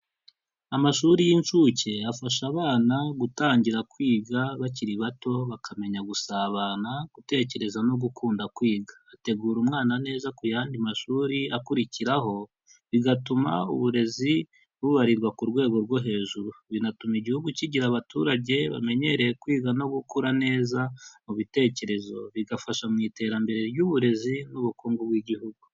Amashuri y'incuke afasha abana gutangira kwiga bakiri bato bakamenya gusabana, gutekereza no gukunda kwiga, bitegura umwana neza ku yandi mashuri akurikiraho bigatuma uburezi bubarirwa ku rwego rwo hejuru binatuma igihugu kigira abaturage bamenyereye kwiga no gukura neza mu bitekerezo , bigafasha mu iterambere ry'uburezi n'ubukungu bw'igihugu.